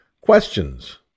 Questions